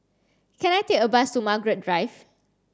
can I take a bus to Margaret Drive